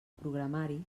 programari